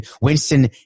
Winston